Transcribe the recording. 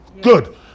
Good